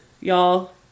y'all